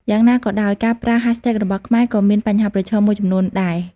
យ៉ាងណាក៏ដោយ ការប្រើ hashtags របស់ខ្មែរក៏មានបញ្ហាប្រឈមមួយចំនួនដែរ។